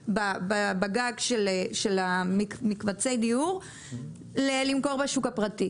בגג של מקבצי דיור למכור בשוק הפרטי,